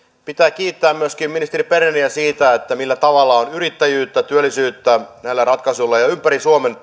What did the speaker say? pitää kiittää myöskin ministeri berneriä siitä millä tavalla on yrittäjyyttä työllisyyttä näillä ratkaisuilla ja ja ympäri suomen